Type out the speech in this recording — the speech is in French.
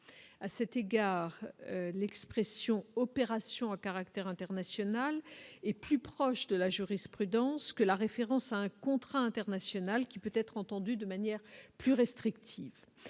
à cet égard l'expression opération à caractère international et plus proche de la jurisprudence que la référence à un contrat international qui peut-être entendu de manière plus restrictive